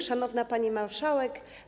Szanowna Pani Marszałek!